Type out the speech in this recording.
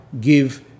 give